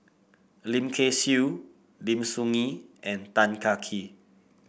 Lim Kay Siu Lim Soo Ngee and Tan Kah Kee